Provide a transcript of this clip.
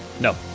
no